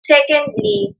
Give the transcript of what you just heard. Secondly